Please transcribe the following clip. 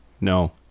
No